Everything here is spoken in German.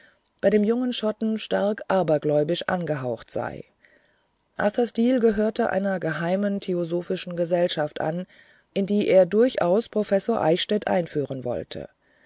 bei dem jungen schotten stark abergläubisch angehaucht sei arthur steel gehörte einer geheimen theosophischen gesellschaft an in die er durchaus professor eichstädt einführen wollte